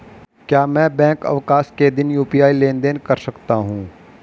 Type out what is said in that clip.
क्या मैं बैंक अवकाश के दिन यू.पी.आई लेनदेन कर सकता हूँ?